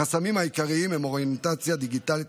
החסמים העיקריים הם אוריינטציה דיגיטלית